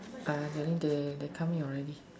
I they coming already